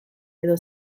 edo